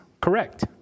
correct